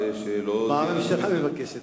מה הממשלה מבקשת,